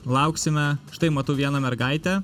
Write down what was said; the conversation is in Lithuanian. lauksime štai matau vieną mergaitę